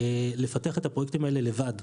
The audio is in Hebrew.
לפתח את הפרויקטים האלה לבד,